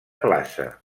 plaça